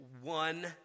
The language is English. one